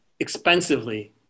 expensively